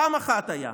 פעם אחת זה קרה,